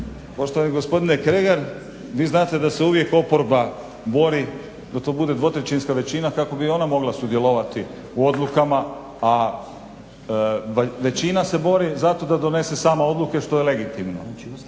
Poštovani gospodine Kregar, vi znate da se uvijek oporba bori da to bude dvotrećinska većina kako bi ona mogla sudjelovati u odlukama, a većina se bori zato da donese sama odluke što je legitimno.